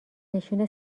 نشون